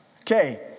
Okay